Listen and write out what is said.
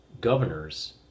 governors